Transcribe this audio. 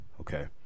okay